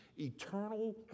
eternal